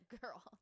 Girl